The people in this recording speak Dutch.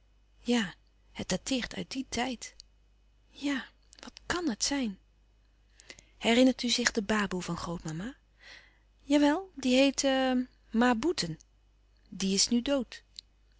ja het dateert uit dien tijd ja wat kàn het zijn herinnert u zich de baboe van grootmama jawel die heette ma boeten die is nu dood